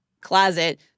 closet